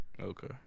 Okay